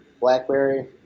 blackberry